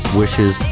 wishes